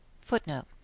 footnote